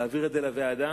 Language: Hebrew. להעביר את זה לוועדת